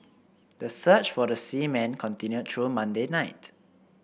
the search for the seamen continued through Monday night